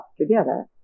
together